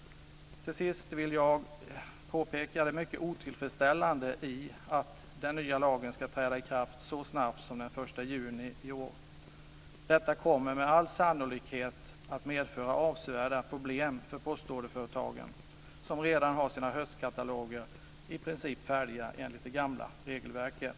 Till sist vill jag påpeka det mycket otillfredsställande i att den nya lagen ska träda i kraft så snabbt som den 1 juni i år. Detta kommer med all sannolikhet att medföra avsevärda problem för postorderföretagen, som redan har sina höstkataloger i princip färdiga enligt det gamla regelverket.